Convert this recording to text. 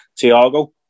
Thiago